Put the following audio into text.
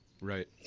right